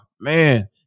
man